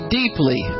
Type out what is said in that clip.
deeply